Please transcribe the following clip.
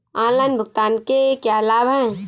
Online भुगतान के क्या लाभ हैं?